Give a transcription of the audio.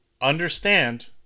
understand